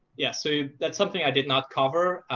yeah, so that's something i did not cover.